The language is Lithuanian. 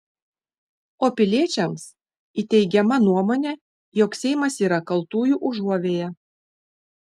o piliečiams įteigiama nuomonė jog seimas yra kaltųjų užuovėja